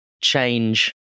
change